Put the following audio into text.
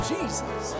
Jesus